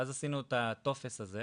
ואז עשינו את הטופס הזה,